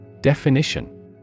Definition